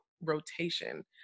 rotation